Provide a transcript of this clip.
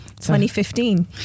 2015